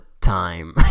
Time